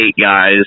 guys